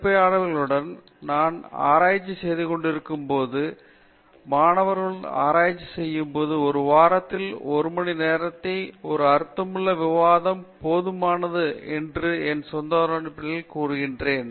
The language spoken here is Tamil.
பேராசிரியர் ராஜேஷ் குமார் எனது மேற்பார்வையாளருடன் நான் ஆராய்ச்சி செய்துகொண்டிருந்தபோதும் இப்போது மாணவர்களுடன் ஆராய்ச்சி செய்யும்போது ஒரு வாரத்தில் ஒரு மணிநேரத்திற்கு ஒரு அர்த்தமுள்ள விவாதம் போதுமானது என்று என் சொந்த அனுபவத்தை அடிப்படையாகக் கொண்டு கூறுவேன்